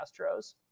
Astros